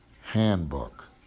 Handbook